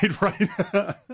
right